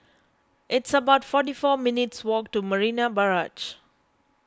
it's about forty four minutes' walk to Marina Barrage